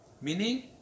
Meaning